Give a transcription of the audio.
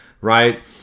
right